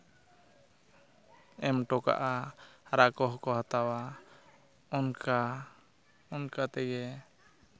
ᱮᱢ ᱦᱚᱴᱚ ᱠᱟᱜᱼᱟ ᱟᱨ ᱟᱠᱚ ᱦᱚᱸᱠᱚ ᱦᱟᱛᱟᱣᱟ ᱚᱱᱠᱟ ᱚᱱᱠᱟ ᱛᱮᱜᱮ